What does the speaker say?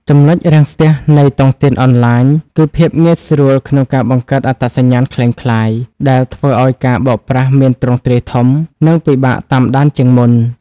ចំណុចរាំងស្ទះនៃតុងទីនអនឡាញគឺ "ភាពងាយស្រួលក្នុងការបង្កើតអត្តសញ្ញាណក្លែងក្លាយ" ដែលធ្វើឱ្យការបោកប្រាស់មានទ្រង់ទ្រាយធំ និងពិបាកតាមដានជាងមុន។